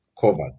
covered